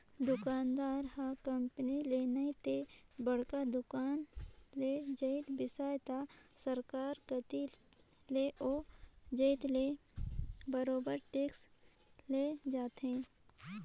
दुकानदार ह कंपनी ले नइ ते बड़का दुकान ले जाएत बिसइस त सरकार कती ले ओ जाएत ले बरोबेर टेक्स ले जाथे